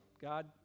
God